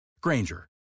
Granger